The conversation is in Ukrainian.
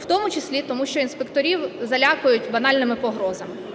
в тому числі тому що інспекторів залякують банальними погрозами.